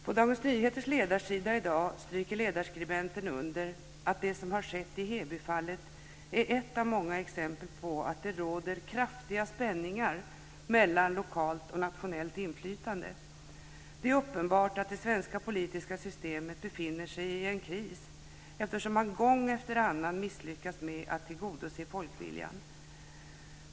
På Dagens Nyheters ledarsida i dag stryker ledarskribenten under att det som har skett i Hebyfallet är ett av många exempel på att det råder kraftiga spänningar mellan lokalt och nationellt inflytande. Det är uppenbart att det svenska politiska systemet befinner sig i en kris, eftersom man gång efter annan misslyckas med att tillgodose folkviljan.